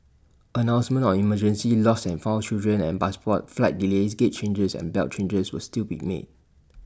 announcements on emergencies lost and found children and passports flight delays gate changes and belt changes will still be made